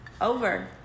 over